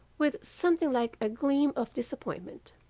with something like a gleam of disappointment.